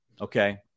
Okay